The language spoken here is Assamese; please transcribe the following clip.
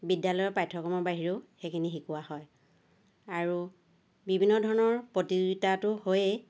বিদ্যালয়ৰ পাঠ্যক্ৰমৰ বাহিৰেও সেইখিনি শিকোৱা হয় আৰু বিভিন্ন ধৰণৰ প্ৰতিযোগিতাতো হয়েই